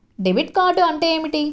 Debit card అంటే ఏమిటి?